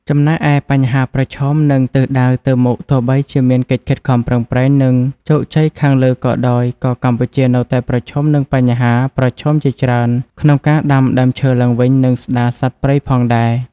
ចំណែកឯបញ្ហាប្រឈម និងទិសដៅទៅមុខទោះបីជាមានកិច្ចខិតខំប្រឹងប្រែង និងជោគជ័យខាងលើក៏ដោយ ក៏កម្ពុជានៅតែប្រឈមនឹងបញ្ហាប្រឈមជាច្រើនក្នុងការដាំដើមឈើឡើងវិញ និងស្ដារសត្វព្រៃផងដែរ។